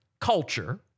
culture